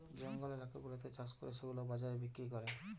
জঙ্গল এলাকা গুলাতে চাষ করে সেগুলা বাজারে বিক্রি করে